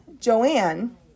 Joanne